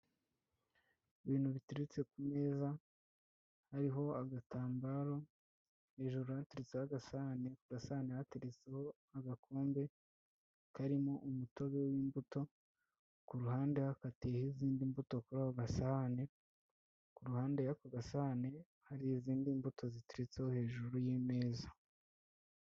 Ibintu biteretse ku meza, hariho agatambaro, hejuru hateretseho agasahane, ku gasahana hateretseho agakombe, karimo umutobe w'imbuto, ku ruhande hakatiyeho izindi mbuto, kuri ako gasahane, ku ruhande rw'ako gasahane hari izindi mbuto ziteretseho hejuru y'imeza.